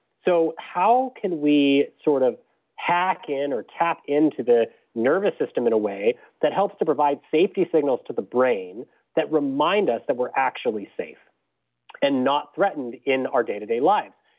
so how can we sort of hack in or tap into the nervous system in a way that helps to provide safety signals to the brain that remind us that we're actually safe and not threatened in our day to day lives.